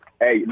Hey